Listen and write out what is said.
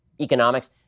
economics